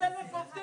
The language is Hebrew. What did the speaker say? (עודד בבאי יוצא מחדר הוועדה.) 900,000 עובדים